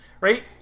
Right